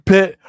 Pit